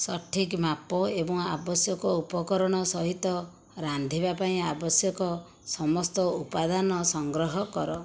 ସଠିକ୍ ମାପ ଏବଂ ଆବଶ୍ୟକ ଉପକରଣ ସହିତ ରାନ୍ଧିବା ପାଇଁ ଆବଶ୍ୟକ ସମସ୍ତ ଉପାଦାନ ସଂଗ୍ରହ କର